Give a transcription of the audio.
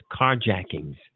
carjackings